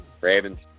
Ravens